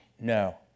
No